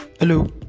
Hello